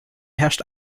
herrscht